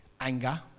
anger